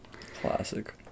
Classic